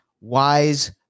wise